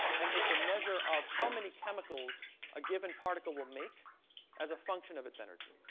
and it's a measure of how many chemicals a given particle will make as a function of its energy.